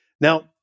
Now